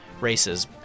races